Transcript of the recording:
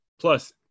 Plus